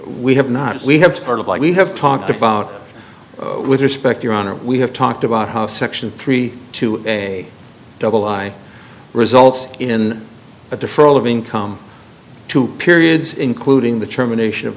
we have not we have heard of like we have talked about with respect your honor we have talked about how section three to a double i results in but the for all of income two periods including the terminations of